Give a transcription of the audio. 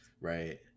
Right